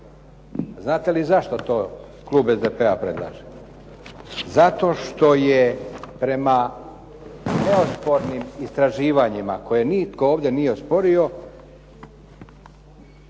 Znate li zašto to klub SDP-a predlaže? Zato što je prema neospornim istraživanjima koje nitko ovdje nije osporio